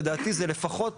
לדעתי זה לפחות